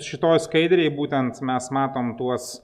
šitoj skaidrėj būtent mes matom tuos